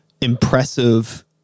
impressive